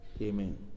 Amen